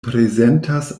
prezentas